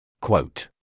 Quote